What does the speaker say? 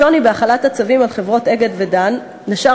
השוני בהחלת הצווים על חברות "אגד" ו"דן" משאר